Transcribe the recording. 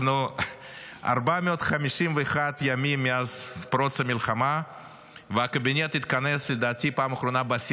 אנחנו 451 ימים מאז פרוץ המלחמה והקבינט התכנס לדעתי פעם אחרונה ב-10